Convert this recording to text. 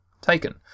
Taken